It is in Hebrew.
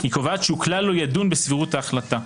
אלא היא קובעת שהוא כלל לא ידון בסבירות ההחלטה.